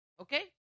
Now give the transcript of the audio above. Okay